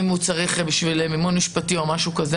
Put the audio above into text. אם הוא צריך את הכסף בשביל מימון משפטי או משהו כזה,